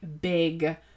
big